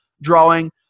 drawing